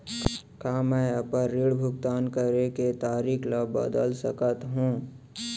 का मैं अपने ऋण भुगतान करे के तारीक ल बदल सकत हो?